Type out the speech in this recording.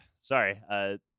Sorry